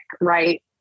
right